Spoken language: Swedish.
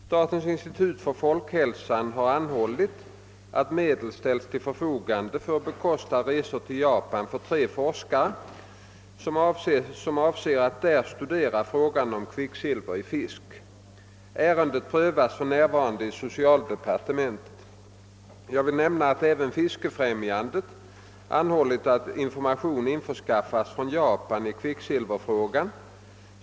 Statens institut för folkhälsan har anhållit att medel ställs till förfogande för att bekosta resor till Japan för tre forskare som avser att där studera frågan om kvicksilver i fisk. ärendet prövas för närvarande i socialdepartementet. Jag vill nämna att även Fiskefrämjandet anhållit att informationer införskaffas från Japan i kvicksilverfrågan.